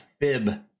Fib